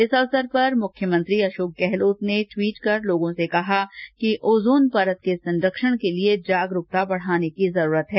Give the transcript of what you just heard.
इस अवसर पर मुख्यमंत्री अशोक गहलोत ने एक ट्वीट कर लोगों से कहा है कि ओजोन परत के संरक्षण के लिए जागरूकता बढाने की जरूरत है